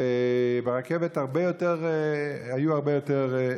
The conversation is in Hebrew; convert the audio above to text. וברכבת היו הרבה יותר,